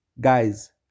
guys